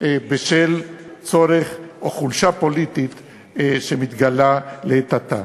בשל צורך או חולשה פוליטית שמתגלה לעת עתה.